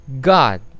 God